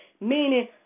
meaning